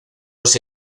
los